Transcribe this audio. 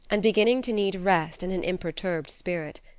and beginning to need rest and an imperturbed spirit.